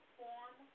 form